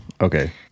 okay